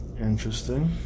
interesting